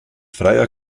freier